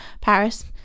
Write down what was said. paris